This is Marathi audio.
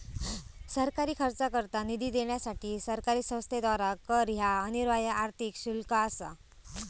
सरकारी खर्चाकरता निधी देण्यासाठी सरकारी संस्थेद्वारा कर ह्या अनिवार्य आर्थिक शुल्क असा